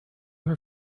her